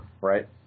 right